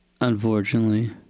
Unfortunately